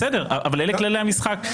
בסדר, אבל אלה כללי המשחק.